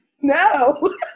no